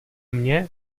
mně